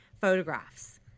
photographs